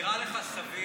נראה לך סביר